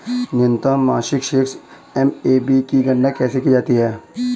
न्यूनतम मासिक शेष एम.ए.बी की गणना कैसे की जाती है?